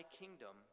kingdom